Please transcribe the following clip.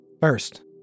First